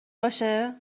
باشه